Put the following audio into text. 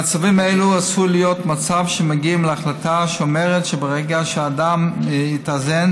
במצבים אלה עשוי להיות מצב שמגיעים להחלטה שאומרת שברגע שהאדם יתאזן,